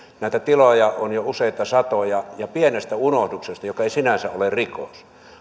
näitä tiloja on jo useita satoja ja pienestä unohduksesta joka ei sinänsä ole rikos